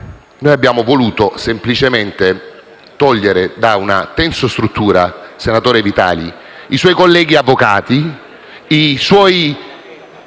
Noi abbiamo voluto semplicemente togliere da una tensostruttura, senatore Vitali, i suoi colleghi avvocati, i suoi